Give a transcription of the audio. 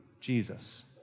Jesus